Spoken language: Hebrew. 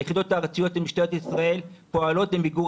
היחידות הארציות של משטרת ישראל פועלות למיגור